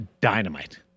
dynamite